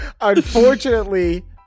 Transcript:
unfortunately